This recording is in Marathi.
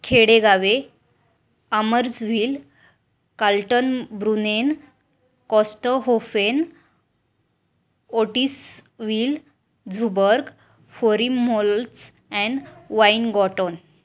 खेडेगावे Ammerzwil Kaltenbrunnen Kosthofen Ottiswil Suberg Vorimholz and Weingarten